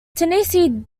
tennessee